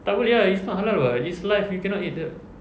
tak boleh ah it's not halal [what] it's live you cannot eat that